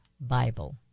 Bible